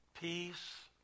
peace